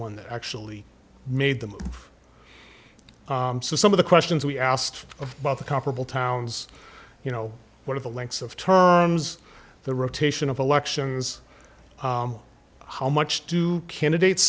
one that actually made them so some of the questions we asked about the comparable towns you know one of the links of terms the rotation of elections how much do candidates